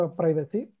privacy